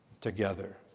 together